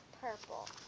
purple